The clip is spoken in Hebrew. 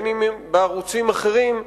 אם בערוצים אחרים,